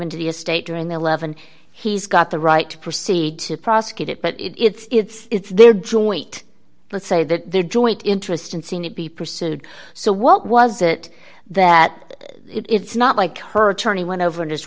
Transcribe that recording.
into the estate during the eleven he's got the right to proceed to prosecute it but it's their joint let's say that their joint interest in seeing it be pursued so what was it that it's not like her attorney went over and